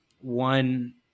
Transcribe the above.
one